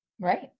Right